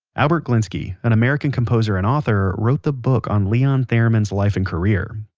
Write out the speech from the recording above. albert glinsky, an american composer and author, wrote the book on leon theremin's life and career.